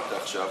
שאמרת עכשיו,